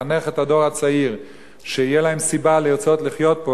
לחנך את הדור הצעיר שתהיה להם סיבה לרצות לחיות פה,